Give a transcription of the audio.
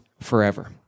forever